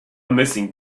missing